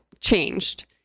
changed